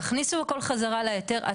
תכניסו הכל חזה להיתר.